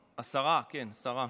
השרה, כן, השרה.